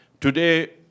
Today